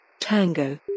tango